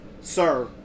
Sir